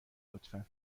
لطفا